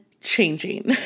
changing